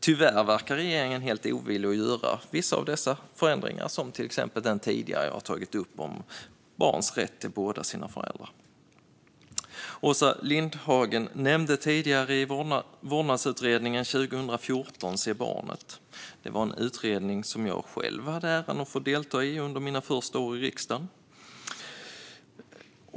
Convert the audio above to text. Tyvärr verkar regeringen helt ovillig att göra vissa av dessa förändringar, till exempel den som jag tidigare har tagit upp om barns rätt till båda sina föräldrar. Åsa Lindhagen nämnde tidigare vårdnadsutredningen 2014, Se barnet! Det var en utredning som jag själv hade äran att få delta i under mina första år i riksdagen.